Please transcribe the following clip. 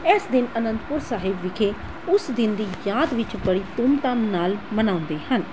ਇਸ ਦਿਨ ਆਨੰਦਪੁਰ ਸਾਹਿਬ ਵਿਖੇ ਉਸ ਦਿਨ ਦੀ ਯਾਦ ਵਿੱਚ ਬੜੀ ਧੂਮ ਧਾਮ ਨਾਲ ਮਨਾਉਂਦੇ ਹਨ